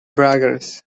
braggers